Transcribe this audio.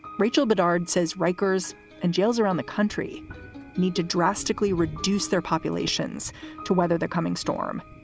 rachel bedard says rikers and jails around the country need to drastically reduce their populations to weather the coming storm.